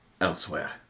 elsewhere